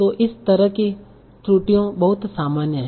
तो इस तरह की त्रुटियां बहुत सामान्य हैं